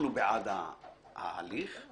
בעד ההליך,